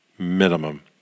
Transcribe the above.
Minimum